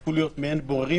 והפכו להיות מעין בוררים.